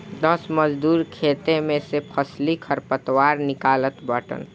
दस मजूर खेते में से फसली खरपतवार निकालत बाटन